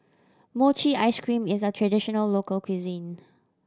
mochi ice cream is a traditional local cuisine